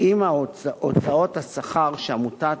אם הוצאות השכר של עמותת